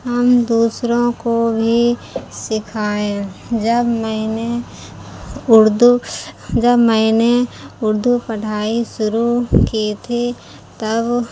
ہم دوسروں کو بھی سکھائیں جب میں نے اردو جب میں نے اردو پڑھائی شروع کی تھی تب